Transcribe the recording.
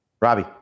Robbie